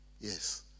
Yes